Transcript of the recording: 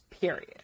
period